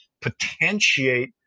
potentiate